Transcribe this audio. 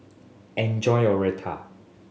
enjoy your Raita